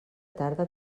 tarda